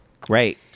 Great